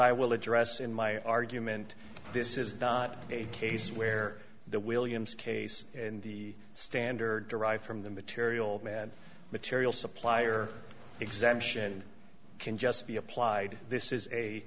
i will address in my argument this is not a case where the williams case in the standard derive from the material man material supplier exemption can just be applied this is a